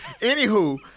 Anywho